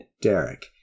Derek